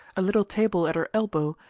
a little table at her elbow,